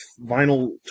vinyl